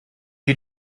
sie